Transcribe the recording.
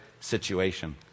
situation